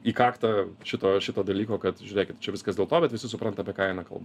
į kaktą šito šito dalyko kad žiūrėkit čia viskas dėl to bet visi supranta apie ką eina kalba